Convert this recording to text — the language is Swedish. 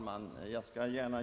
Herr talman!